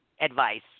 advice